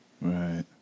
Right